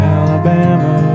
Alabama